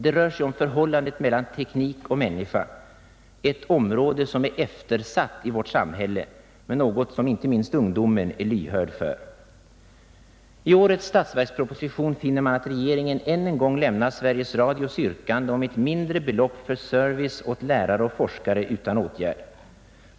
Det rör sig om förhållandet mellan teknik och människa, ett eftersatt område i vårt samhälle men något som inte minst ungdomen är lyhörd för. I årets statsverksproposition finner man att regeringen än en gång lämnar Sveriges Radios yrkande om ett mindre belopp för service åt lärare och forskare utan åtgärd.